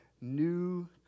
new